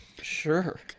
Sure